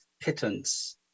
pittance